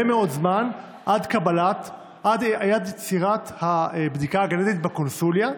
מאוד זמן עד הבדיקה הגנטית בקונסוליה,